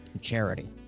Charity